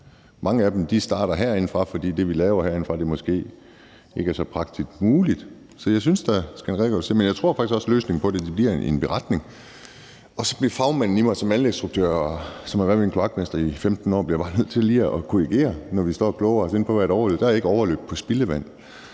Mange af dem starter herindefra, fordi det, vi laver herinde, måske ikke er så praktisk muligt. Så jeg synes da, at der skal en redegørelse til, men jeg tror faktisk også, at løsningen på det bliver en beretning. Og så bliver fagmanden i mig som anlægsstruktør, som har været ved en kloakmester i 15 år, bare nødt til lige at korrigere, når vi står og kloger os på, hvad et overløb er: Der er ikke overløb på spildevand.